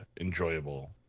enjoyable